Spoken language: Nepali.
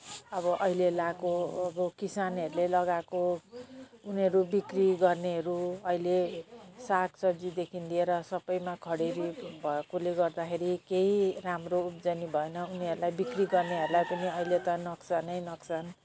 अब अहिले लगाएको अब किसानहरूले लगाएको उनीहरू बिक्री गर्नेहरू अहिले साग सब्जीदेखि लिएर सबमा खडेरी भएकोले गर्दाखेरि केही राम्रो उब्जनी भएन उनीहरूलाई बिक्री गर्नेहरूलाई पनि अहिले त नोक्सान नै नोक्सान